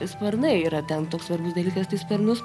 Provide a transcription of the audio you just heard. sparnai yra ten toks svarbus dalykas tai sparnus